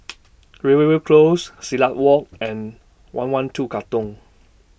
Rivervale Close Silat Walk and one one two Katong